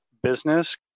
business